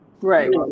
Right